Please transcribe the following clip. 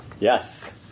Yes